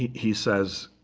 he says,